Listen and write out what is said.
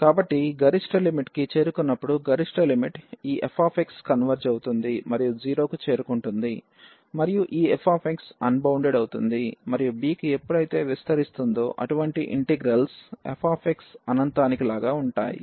కాబట్టి గరిష్ట లిమిట్ కి చేరుకున్నప్పుడు గరిష్ట లిమిట్ ఈ fx కన్వెర్జ్ అవుతుంది మరియు 0 కు చేరుకుంటుంది మరియు ఈ fx అన్బౌండెడ్ అవుతుంది మరియు b కి ఎప్పుడైతే విస్తరిస్తుందో అటువంటి ఇంటిగ్రల్స్ fxఅనంతానికి లాగా ఉంటాయి